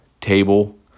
table